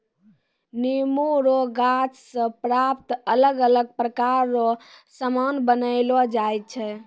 नेमो रो गाछ से प्राप्त अलग अलग प्रकार रो समान बनायलो छै